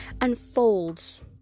unfolds